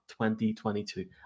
2022